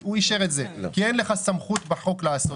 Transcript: הוא אישר את זה כי אין לך סמכות בחוק לעשות.